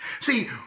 See